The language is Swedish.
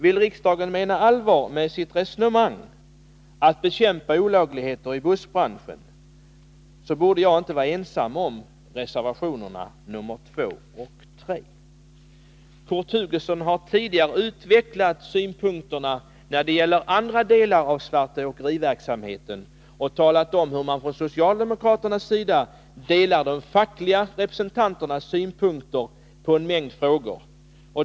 Om riksdagen menar allvar med sitt tal om att bekämpa olagligheter i bussbranschen borde jag inte vara ensam om reservationerna 2 och 3. Kurt Hugosson har tidigare utvecklat synpunkter på andra delar av svartåkeriverksamheten och talat om att socialdemokraterna delar de fackliga representanternas synpunkter i en mängd frågor.